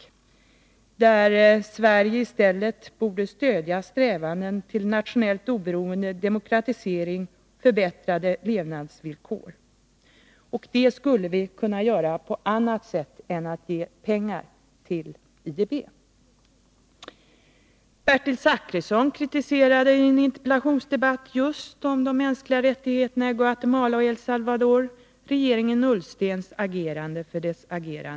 Sverige borde i stället stödja strävanden till nationellt oberoende, demokratisering och förbättrade levnadsvillkor. Det skulle vi kunna göra på annat sätt än genom att ge pengar till IDB. agerande i IDB. Måndagen den Hans Göran Franck har här redovisat vissa siffror.